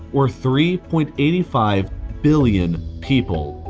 or three point eight five billion people.